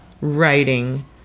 writing